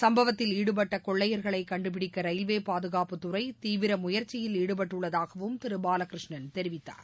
சம்பவத்தில் ஈடுபட்ட கொள்ளையர்களை கண்டுபிடிக்க ரயில்வே பாதுகாப்புத்துறை தீவிர முயற்சியில் ஈடுபட்டுள்ளதாகவும் திரு பாலகிருஷ்ணன் தெரிவித்தார்